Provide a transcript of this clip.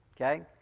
okay